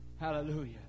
hallelujah